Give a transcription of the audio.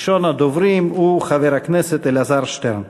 ראשון הדוברים הוא חבר הכנסת אלעזר שטרן.